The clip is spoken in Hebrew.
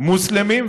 מוסלמים.